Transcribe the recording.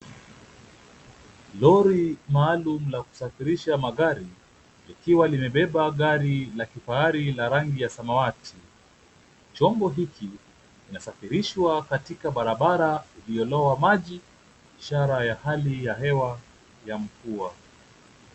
Lori maalum la kusafirisha magari, likiwa limebeba gari la kifahari la rangi ya samawati. Chmbo hiki kinasafirishwa katika barabara iliyolowa maji, ishara ya hali ya hewa ya mvua.